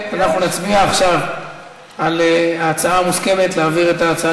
אנחנו נצביע עכשיו על ההצעה המוסכמת להעביר את ההצעה